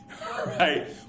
right